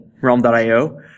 Realm.io